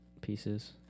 Pieces